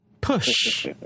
Push